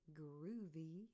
groovy